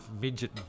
midget